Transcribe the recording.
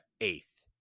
eighth